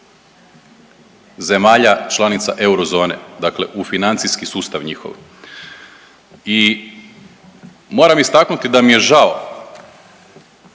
zemalja članica eurozone, dakle u financijski sustav njihov i moram istaknuti da mi je žao